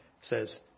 says